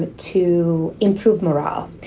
to improve morale.